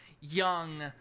young